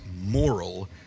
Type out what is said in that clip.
moral